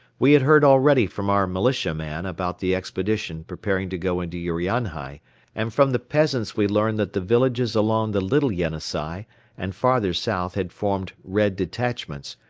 we had heard already from our militiaman about the expedition preparing to go into urianhai and from the peasants we learned that the villages along the little yenisei and farther south had formed red detachments,